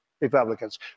Republicans